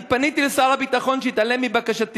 פניתי אל שר הביטחון והוא התעלם מבקשתי,